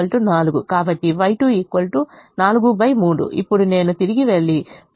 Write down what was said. కాబట్టి Y2 43 అప్పుడు నేను తిరిగి వెళ్లి ప్రత్యామ్నాయం చేస్తాను